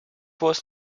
was